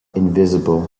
invisible